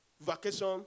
vacation